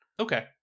Okay